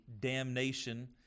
Damnation